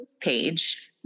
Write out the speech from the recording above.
page